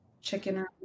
chicken